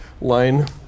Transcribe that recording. line